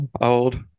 Old